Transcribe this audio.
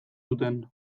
zuten